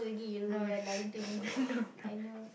no no no